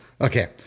Okay